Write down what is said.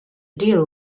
deal